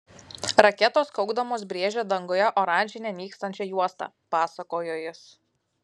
raketos kaukdamos brėžė danguje oranžinę nykstančią juostą pasakojo jis